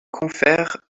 confère